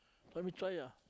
let me try ah